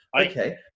Okay